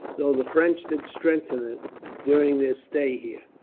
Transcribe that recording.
though the french did strengthen it during their stay here.